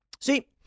See